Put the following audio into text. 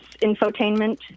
infotainment